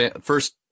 first